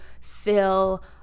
fill